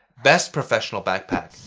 best professional backpack,